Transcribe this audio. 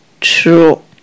true